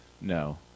No